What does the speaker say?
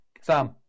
Sam